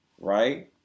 Right